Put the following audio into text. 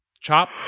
chop